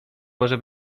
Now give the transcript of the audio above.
może